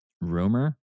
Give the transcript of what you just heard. rumor